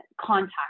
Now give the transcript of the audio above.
contact